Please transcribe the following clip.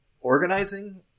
organizing